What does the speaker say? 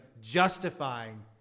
justifying